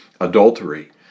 adultery